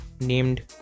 named